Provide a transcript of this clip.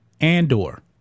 Andor